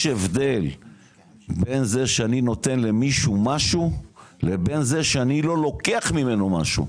יש הבדל בין זה שאני נותן למישהו משהו לבין זה שאני לא לוקח ממנו משהו,